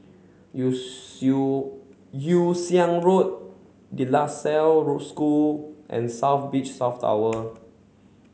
Yew Yew Siang Road De La Salle Road School and South Beach South Tower